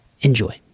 Enjoy